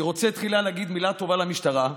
אני רוצה תחילה להגיד מילה טובה למשטרה,